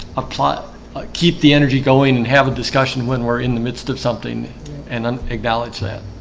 a plot keep the energy going and have a discussion when we're in the midst of something and then acknowledge that